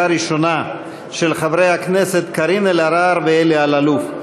של חברי הכנסת קארין אלהרר ואלי אלאלוף,